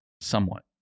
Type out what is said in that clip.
Somewhat